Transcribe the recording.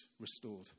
restored